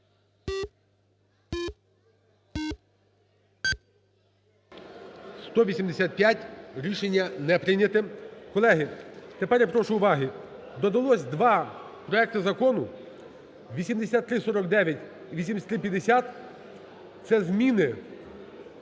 За-185 Рішення не прийнято. Колеги, тепер я прошу уваги. Додалось два проекти закону: 8349 і 8350. Це зміни